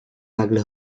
nagle